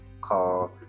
call